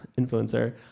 influencer